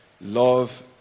love